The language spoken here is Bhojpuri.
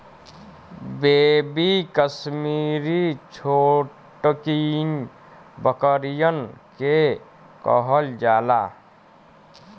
बेबी कसमीरी छोटकिन बकरियन के कहल जाला